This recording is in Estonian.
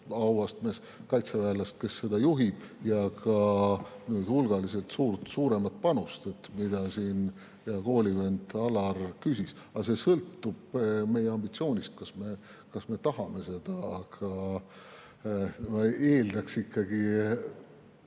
auastmes kaitseväelast, kes seda juhib, ja ka hulgaliselt suuremat panust, mille kohta siin hea koolivend Alar küsis. Aga see sõltub meie ambitsioonist, kas me tahame seda. Aga eeldaks ikkagi